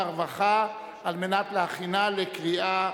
הרווחה והבריאות נתקבלה.